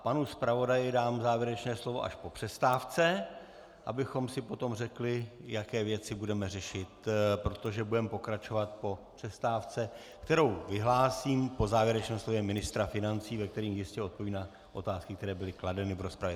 Panu zpravodaji dám závěrečné slovo až po přestávce, abychom si potom řekli, jaké věci budeme řešit, protože budeme pokračovat po přestávce, kterou vyhlásím po závěrečném slově ministra financí, který jistě odpoví na otázky, které byly kladeny v rozpravě.